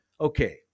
Okay